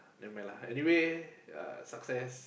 never mind lah anyway uh success